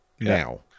Now